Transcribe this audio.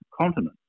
continent